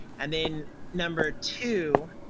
and then number two,